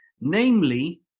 namely